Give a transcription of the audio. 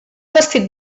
vestit